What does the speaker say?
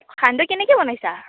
সান্দহ কেনেকৈ বনাইছা